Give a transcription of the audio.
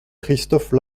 christophe